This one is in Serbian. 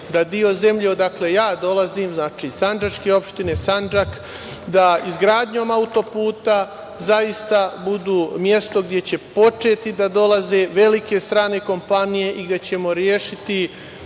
da deo zemlje odakle ja dolazim, znači, sandžačke opštine, Sandžak, da izgradnjom auto-puta zaista bude mesto gde će početi da dolaze velike strane kompanije i gde ćemo rešiti